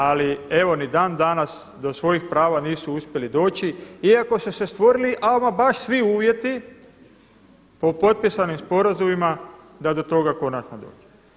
Ali evo, ni dan danas do svojih prava nisu uspjeli doći iako su se stvorili ama baš svi uvjeti po potpisanim sporazumima da do toga konačno dođe.